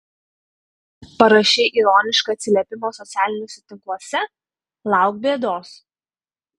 parašei ironišką atsiliepimą socialiniuose tinkluose lauk bėdos